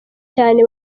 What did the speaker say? cyane